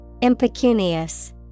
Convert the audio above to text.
Impecunious